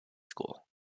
school